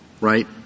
right